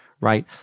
right